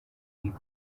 reap